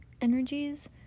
energies